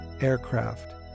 aircraft